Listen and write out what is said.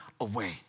away